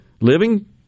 living